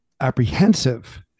apprehensive